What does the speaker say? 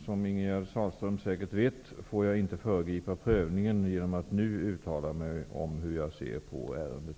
Som Ingegerd Sahlström säkert vet får jag inte föregripa prövningen genom att nu uttala mig om hur jag ser på ärendet.